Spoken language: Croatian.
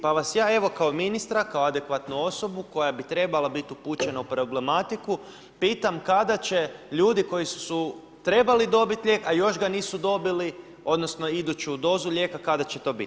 Pa vas ja evo kao ministra, kao adekvatnu osobu koja bi trebala biti upućena u problematiku pitam kada će ljudi koji su trebali dobiti lijek a još ga nisu dobili, odnosno iduću dozu lijeka kada će to biti?